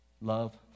Love